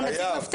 חייב.